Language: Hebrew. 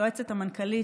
יועצת המנכ"לית,